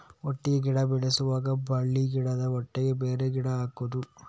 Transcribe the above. ಒಟ್ಟಿಗೆ ಗಿಡ ಬೆಳೆಸುವಾಗ ಬಳ್ಳಿ ಗಿಡದ ಒಟ್ಟಿಗೆ ಬೇರೆ ಗಿಡ ಹಾಕುದ?